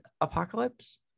Apocalypse